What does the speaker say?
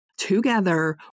together